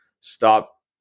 stop